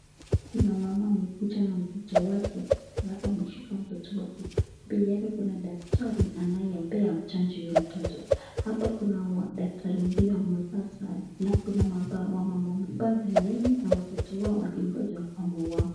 Kuna mama amekuja na mtoto wake halafu ameshika mtoto wake mbele yake kuna daktari anayembea amchanje huyo mtoto hapa kuna daktari wengine wamevaa sare halafu kuna wamama wamepanga laini na watoto wao wakingoja ukwamo wao.